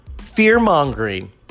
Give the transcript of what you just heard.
Fear-mongering